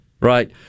right